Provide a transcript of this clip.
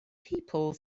people